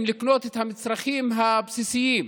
לקנות את המצרכים הבסיסיים.